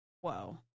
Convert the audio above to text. whoa